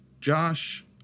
Josh